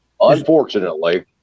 Unfortunately